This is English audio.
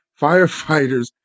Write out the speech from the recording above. Firefighters